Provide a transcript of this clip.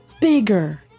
bigger